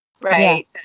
right